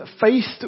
faced